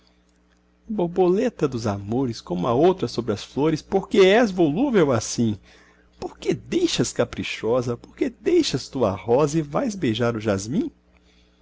borboleta dos amores como a outra sobre as flores porque és volúvel assim porque deixas caprichosa porque deixas tu a rosa e vais beijar o jasmim